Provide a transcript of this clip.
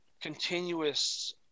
continuous